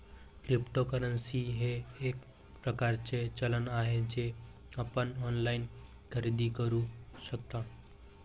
cryptocurrency हे एक प्रकारचे चलन आहे जे आपण ऑनलाइन खरेदी करू शकता